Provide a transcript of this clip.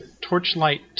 Torchlight